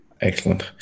Excellent